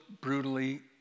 brutally